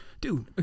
dude